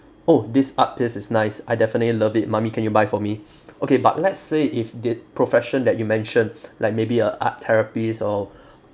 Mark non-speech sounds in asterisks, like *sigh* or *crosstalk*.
oh this art piece is nice I definitely love it mummy can you buy for me okay but let's say if the profession that you mentioned *noise* like maybe a art therapist or *breath*